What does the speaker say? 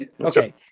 Okay